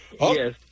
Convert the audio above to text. Yes